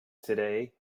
today